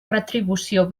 retribució